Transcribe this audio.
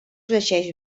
llegeix